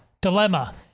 dilemma